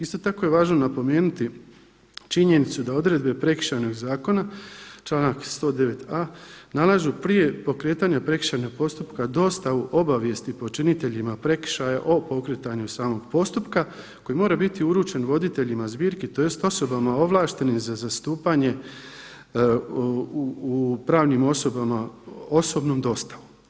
Isto tako je važno napomenuti činjenicu da odredbe Prekršajnog zakona članak 109.a, nalažu prije pokretanja prekršajnog postupka dostavu obavijesti počiniteljima prekršaja o pokretanju samog postupka koji mora biti uručen voditeljima zbirki tj. osobama ovlaštenim za zastupanje u pravnim osobama osobnom dostavom.